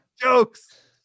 Jokes